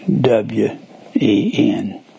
W-E-N